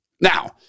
Now